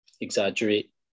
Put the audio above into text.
exaggerate